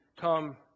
come